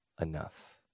enough